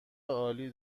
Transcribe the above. عالی